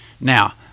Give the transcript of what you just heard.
Now